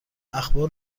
اخبار